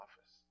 office